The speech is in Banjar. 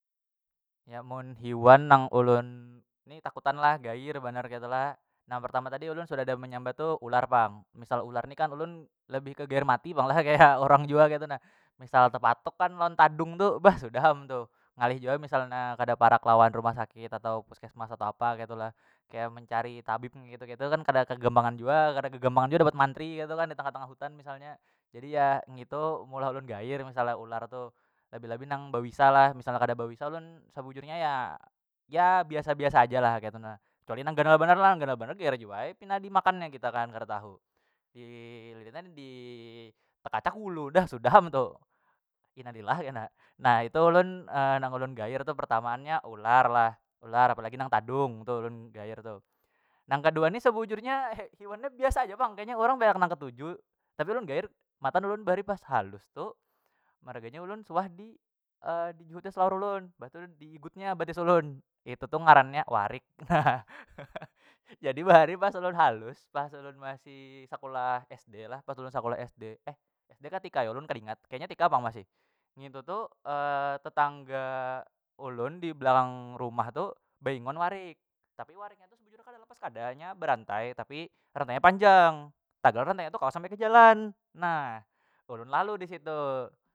Ya mun hiwan nang ulun ni takutan lah gair banar ketu lah na pertama tadi ulun sudah ada menyambat tu ular pang misal ular ni kan ulun lebih ke gaer mati pang lah kaya orang jua ketu nah misal tepatuk kan lawan tadung tu bah sudah am tu ngalih jua misal na kada parak lawan rumah sakit atau puskesmas atau apa ketu lah kaya mencari tabib ngitu ketu kan kada kegampangan jua kada kegampangan jua dapat mantri ketu kan ditengah- tengah hutan misalnya jadi ya ngitu meulah ulun gair masalah ular tu nang bebisa lah misalnya kada bebisa ulun sebujurnya ya ya biasa- biasa aja lah ketu na kecuali nang ganal banar lah ganal banar gaer jua ai pina dimakan nya kita kan kada tahu dililitnya ditekacak ulu dah sudah am tu inalilah kena. Na itu ulun nang ulun gair tu pertamaan nya ular lah ular apalagi nang tadung tu ulun gair tuh nang kedua ni sebujurnya hiwannya biasa aja pang kayanya urang banyak nang ketuju tapi ulun gair matan ulun bahari pas halus tu maraga nya ulun suah di- dijuhutnya selawar ulun mbah tu diigutnya batis ulun itu tu ngarannya warik. Jadi bahari pas ulun halus pas ulun masih sekulah sd lah pas ulun sekolah sd eh sd kah tk yo ulun kada ingat kaya nya tk pang masih ngitu tu tetangga ulun dibelakang rumah tu beingun warik tapi wariknya tu sebujurnya kada lepas kada nya berantai tapi rantai nya panjang kawa sampai ke jalan nah ulun lalu disitu.